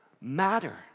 matter